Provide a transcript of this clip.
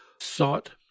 sought